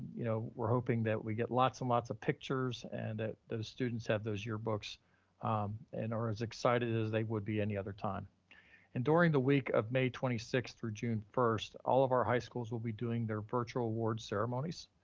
you know, we're that we get lots and lots of pictures and that those students have those yearbooks and are as excited as they would be any other time. and during the week of may twenty six through june first, all of our high schools will be doing their virtual award ceremonies.